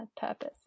purpose